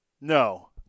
No